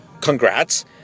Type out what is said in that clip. Congrats